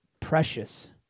precious